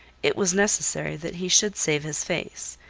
it was necessary that he should save his face,